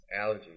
Allergies